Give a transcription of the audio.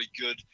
good